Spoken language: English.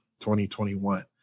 2021